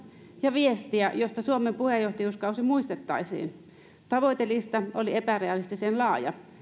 ja viestiä josta suomen puheenjohtajuuskausi muistettaisiin tavoitelista oli epärealistisen laaja